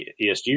ESG